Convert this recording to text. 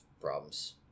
problems